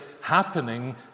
happening